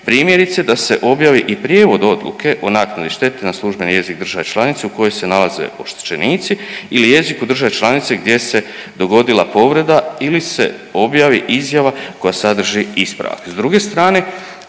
primjerice da se objavi i prijevod odluke o naknadi štete na službeni jezik države članice u kojoj se nalaze oštećenici ili jeziku države članice gdje se dogodila povreda ili se objavi izjava koja sadrži ispravak.